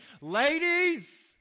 Ladies